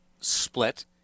split